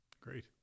Great